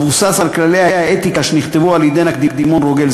המבוסס על כללי האתיקה שנכתבו על-ידי נקדימון רוגל,